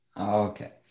Okay